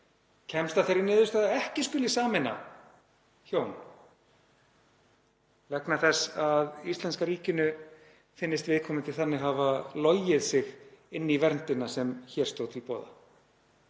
kemst að þeirri niðurstöðu að ekki skuli sameina hjón vegna þess að íslenska ríkinu finnist viðkomandi þannig hafa logið sig inn í verndina sem hér stóð til boða.